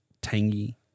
Tangy